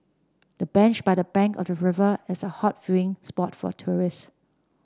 the bench by the bank of the river is a hot viewing spot for tourist